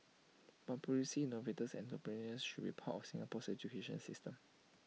but producing innovators and entrepreneurs should be part of Singapore's education system